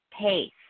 pace